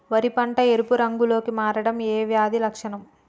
వరి పంట ఎరుపు రంగు లో కి మారడం ఏ వ్యాధి లక్షణం?